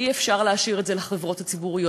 אי-אפשר להשאיר את זה לחברות הציבוריות.